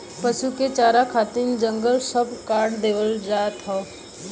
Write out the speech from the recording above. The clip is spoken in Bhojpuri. पसु के चारा खातिर जंगल सब काट देवल जात हौ